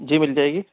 جی مل جائے گی